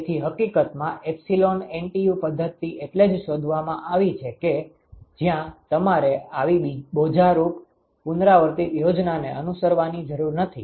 તેથી હકીકતમાં epsilon NTU પદ્ધતિ એટલે જ શોધવામાં આવી હતી કે જ્યાં તમારે આવી બોજારૂપ પુનરાવર્તિત યોજનાને અનુસરવાની જરૂર નથી